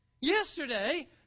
yesterday